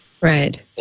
Right